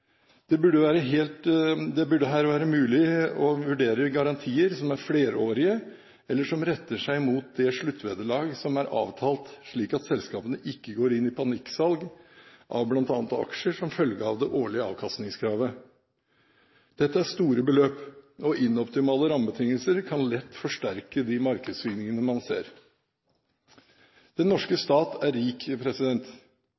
Det burde her være mulig å vurdere garantier som er flerårige, eller som retter seg mot det sluttvederlag som er avtalt, slik at selskapene ikke går inn i panikksalg av bl.a. aksjer som følge av det årlige avkastningskravet. Dette er store beløp, og ikke-optimale rammebetingelser kan lett forsterke de markedssvingningene man ser. Den norske